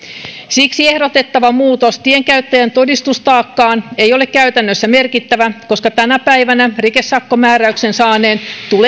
siksi ehdotettava muutos tienkäyttäjän todistustaakkaan ei ole käytännössä merkittävä koska tänä päivänä rikesakkomääräyksen saaneen tulee